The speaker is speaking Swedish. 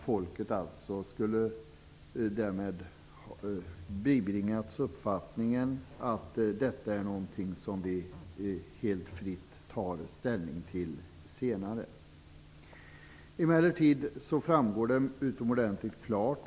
Folket har därmed bibringats uppfattningen att detta är något som vi helt fritt tar ställning till senare.